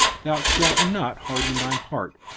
thou shalt not harden thine heart,